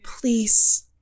Please